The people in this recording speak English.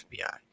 FBI